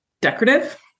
decorative